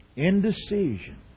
Indecision